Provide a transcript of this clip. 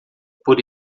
por